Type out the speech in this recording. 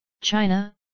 China